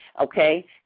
okay